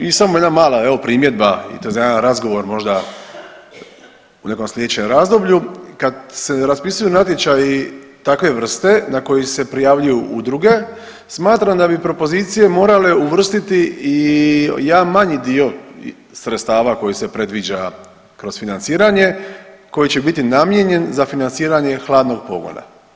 I samo jedna mala primjedba i to za jedan razgovor možda u nekom sljedećem razdoblju, kad se raspisuju natječaji takve vrste na koji se prijavljuju udruge, smatram da bi propozicije morale uvrstiti i jedan manji dio sredstava koji se predviđa kroz financiranje koji će biti namijenjen za financiranje hladnog pogona.